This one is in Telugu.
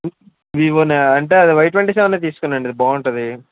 వివో నా అంటే అది వై ట్వంటీ సెవెన్ తీసుకోండి బాగుంటుంది